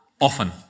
often